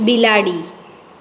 બિલાડી